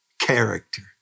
Character